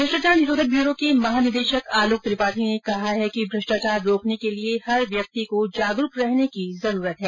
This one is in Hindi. भ्रष्टाचार निरोधक ब्यूरो के महानिदेशक आलोक त्रिपाठी ने कहा है कि भ्रष्टाचार रोकने के लिये हर व्यक्ति को जागरूक रहने की जरूरत है